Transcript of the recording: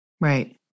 Right